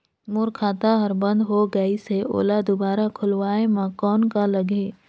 मोर खाता हर बंद हो गाईस है ओला दुबारा खोलवाय म कौन का लगही?